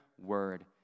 word